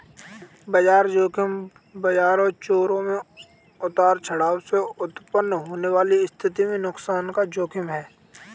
बाजार ज़ोखिम बाजार चरों में उतार चढ़ाव से उत्पन्न होने वाली स्थिति में नुकसान का जोखिम है